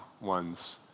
one's